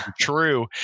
true